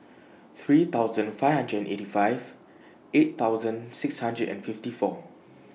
three thousand five hundred and eighty five eight thousand six hundred and fifty four